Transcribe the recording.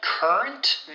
Current